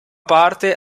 parte